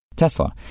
Tesla